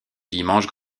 dimanche